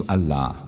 Allah